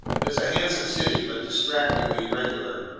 it is a handsome city, but distractingly regular.